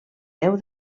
déu